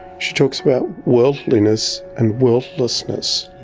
she talks about worldliness and worldlessness.